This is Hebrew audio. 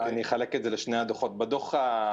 אחלק את תשובתי לפי שני הדוחות שהוצגו: בדוח הראשון